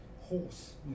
horse